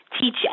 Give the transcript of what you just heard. teach